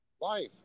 life